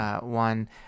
one